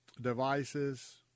devices